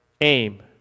aim